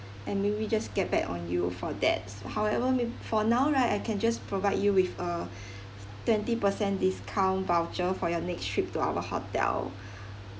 and maybe just get back on you for that s~ however mayb~ for now right I can just provide you with a twenty percent discount voucher for your next trip to our hotel